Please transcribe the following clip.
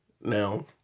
Now